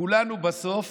כולנו בסוף